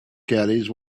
caddies